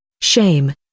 Shame